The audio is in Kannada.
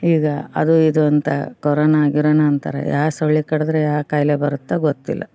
ಈಗ ಅದು ಇದು ಅಂತ ಕೊರೋನ ಗಿರೋನ ಅಂತಾರೆ ಯಾವ ಸೊಳ್ಳೆ ಕಡಿದ್ರೆ ಯಾವ ಕಾಯಿಲೆ ಬರುತ್ತೋ ಗೊತ್ತಿಲ್ಲ